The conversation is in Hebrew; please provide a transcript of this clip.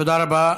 תודה רבה.